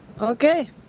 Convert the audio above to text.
Okay